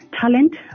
talent